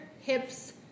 Hips